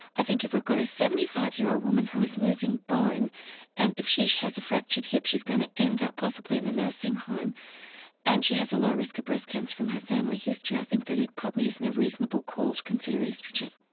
i think if we've got a seventy five year old woman who is losing bone and if she has a fractured hip she's going to end up possibly in a nursing home and she has a low risk of breast cancer from her family history, i think that it probably isn't a reasonable call to consider oestrogen.